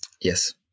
Yes